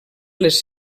les